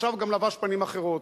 שעכשיו גם לבש פנים אחרות.